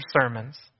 sermons